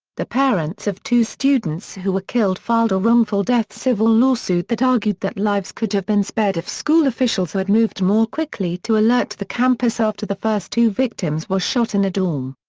the parents of two students who were killed filed a wrongful death civil lawsuit that argued that lives could have been spared if school officials had moved more quickly to alert the campus after the first two victims were shot in a dorm.